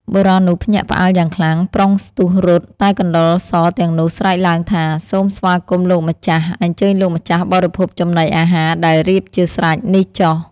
បុរសនោះភ្ញាក់ផ្អើលយ៉ាងខ្លាំង ប្រុងស្ទុះរត់ តែកណ្តុរសទាំងនោះស្រែកឡើងថា សូមស្វាគមន៍លោក ម្ចាស់ !អញ្ជើញលោកម្ចាស់បរិភោគចំណីអាហារដែល រៀបជាស្រេចនេះចុះ ។